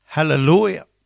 Hallelujah